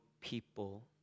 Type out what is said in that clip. people